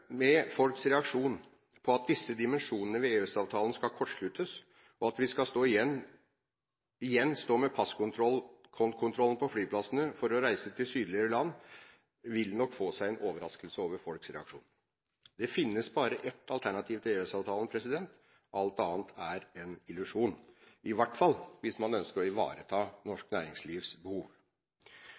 med folks reaksjon på at disse dimensjonene ved EØS-avtalen skal kortsluttes, og at vi igjen må stå i passkontrollen på flyplassene for å reise til sydligere land, vil nok få seg en overraskelse over folks reaksjon. Det finnes bare ett alternativ til EØS-avtalen, alt annet er en illusjon, i hvert fall hvis man ønsker å ivareta norsk næringslivs behov.